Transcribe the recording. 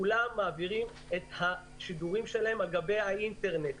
כולם כבר מעבירים את השידורים שלהם על גבי האינטרנט.